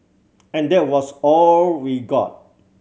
and that was all we got